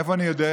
מאיפה אני יודע?